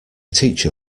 teacher